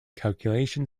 calculation